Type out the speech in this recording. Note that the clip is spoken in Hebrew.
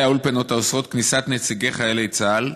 האולפנות האוסרות כניסת נציגי חיילי צה"ל,